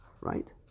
Right